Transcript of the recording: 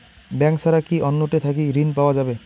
Bank ছাড়া কি অন্য টে থাকি ঋণ পাওয়া যাবে?